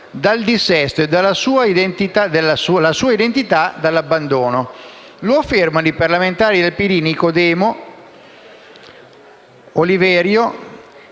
dal dissesto e la sua identità dall'abbandono". Lo affermano i parlamentari PD Nicodemo Oliverio